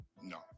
No